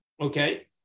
Okay